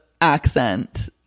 accent